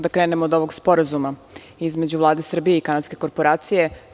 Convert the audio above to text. Da krenem od ovog sporazuma između Vlade Srbije i Kanadske korporacije.